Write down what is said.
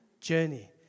journey